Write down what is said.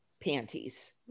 panties